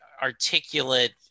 articulate